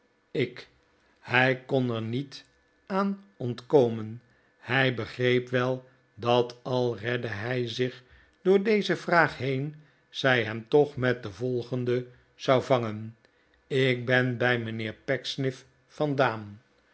ik hij kon er niet aan ontkomen hij begreep wel dat al redde hij zich door deze vraag heen zij hem toch met de volgende zou vangen ik ben bij mijnheer pecksniff vandaan